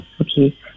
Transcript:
Okay